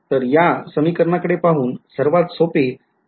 तर यासमीकरणाकडे पाहून सर्वात सोपे काय असू शकते